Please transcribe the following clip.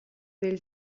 del